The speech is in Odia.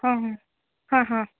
ହଁ ହଁ ହଁ ହଁ